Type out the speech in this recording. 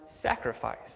sacrifice